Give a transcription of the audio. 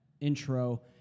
intro